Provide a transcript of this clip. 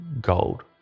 gold